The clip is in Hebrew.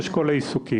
אשכול העיסוקים